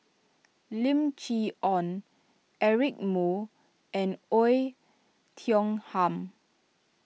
Lim Chee Onn Eric Moo and Oei Tiong Ham